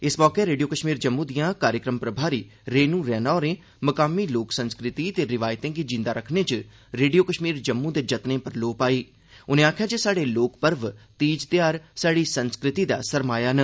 इस मौके रेडियो कश्मीर जम्मू दियां कार्यक्रम प्रभारी रेणू रैणा होरें मकामी लोक संस्कृति ते रिवायतें गी जीन्दा रक्खने च रेडियो कश्मीर जम्मू दे जतने पर लोऽ पाई उनें आक्खेआ जे स्हाड़े लोक पर्व ते तीज ध्यार स्हाड़ी संस्कृति दा सरमाया न